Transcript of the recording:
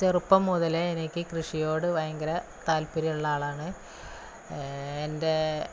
ചെറുപ്പം മുതലേ എനിക്ക് കൃഷിയോട് ഭയങ്കര താൽപ്പര്യം ഉള്ള ആളാണ് എൻ്റെ